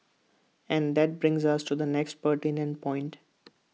and that brings us to the next pertinent point